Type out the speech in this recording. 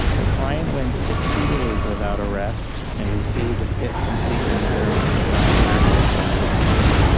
the client went sixty days without arrest and received a fit completion letter on july thirty of of this year.